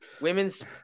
women's